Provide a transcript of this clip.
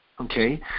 okay